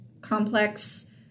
complex